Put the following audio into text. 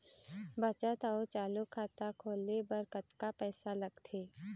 बचत अऊ चालू खाता खोले बर कतका पैसा लगथे?